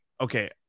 okay